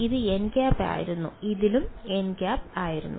ഇത് nˆ ആയിരുന്നു ഇതിലും nˆ ആയിരുന്നു